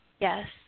Yes